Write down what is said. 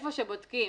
איפה שבודקים,